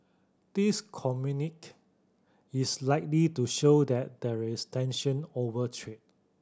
this communique is likely to show that there is tension over trade